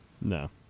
No